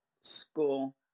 school